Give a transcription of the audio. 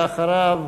אחריו,